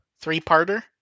three-parter